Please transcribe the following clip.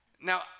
Now